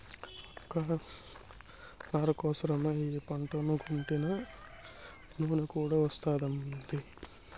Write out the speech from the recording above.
అక్క నార కోసరమై ఈ పంటను కొంటినా నూనె కూడా వస్తాండాది